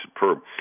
superb